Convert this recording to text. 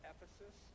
Ephesus